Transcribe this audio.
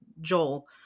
Joel